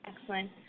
Excellent